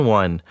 one